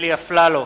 אלי אפללו,